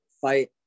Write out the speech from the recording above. fight